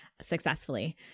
successfully